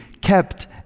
kept